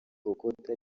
bokota